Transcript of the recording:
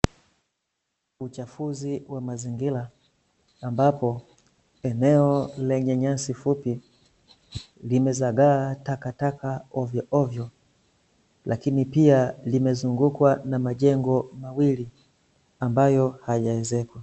Uchafuzi wa mazingira ambapo eneo lenye nyasi fupi limezagaa takataka ovyovyo lakini pia limezungukwa na majengo mawili ambayo hayajaezekwa.